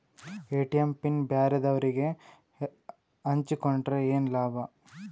ATM pin ಬ್ಯಾರೆದವರಗೆ ಹಂಚಿಕೊಂಡರೆ ಏನು ಲಾಭ?